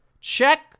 Check